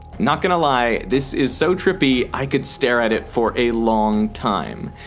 not gonna lie this is so trippy i could stare at it for a long time.